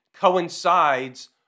coincides